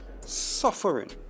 suffering